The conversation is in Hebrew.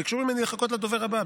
ביקשו ממני לחכות לדובר הבא,